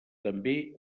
també